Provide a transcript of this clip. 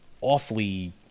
awfully